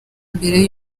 mbere